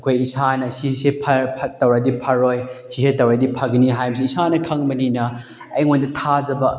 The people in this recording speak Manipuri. ꯑꯩꯈꯣꯏ ꯏꯁꯥꯅ ꯁꯤꯁꯦ ꯐꯠ ꯇꯧꯔꯗꯤ ꯐꯔꯣꯏ ꯁꯤꯁꯦ ꯇꯧꯔꯗꯤ ꯐꯒꯅꯤ ꯍꯥꯏꯕꯁꯤ ꯏꯁꯥꯅ ꯈꯪꯕꯅꯤꯅ ꯑꯩꯉꯣꯟꯗ ꯊꯥꯖꯕ